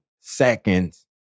seconds